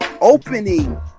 opening